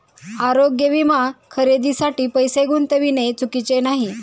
आरोग्य विमा खरेदीसाठी पैसे गुंतविणे चुकीचे नाही